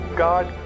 God